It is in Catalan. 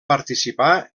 participar